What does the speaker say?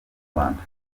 rwanda